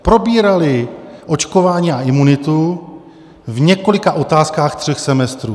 Probírali očkování a imunitu v několika otázkách tří semestrů.